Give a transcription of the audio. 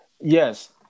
yes